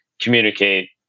communicate